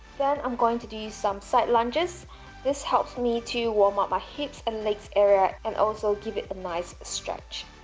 then i'm going to do some side lunges this helps me to warm up my hips and legs area and also give it a nice stretch